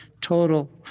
total